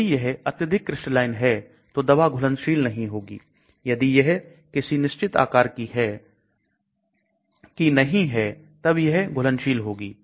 यदि यह अत्यधिक क्रिस्टलाइन है तो दवा घुलनशील नहीं होगी यदि यह किसी निश्चित आकार की नहीं है तब यह घुलनशील होगी